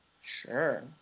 Sure